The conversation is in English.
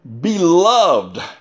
beloved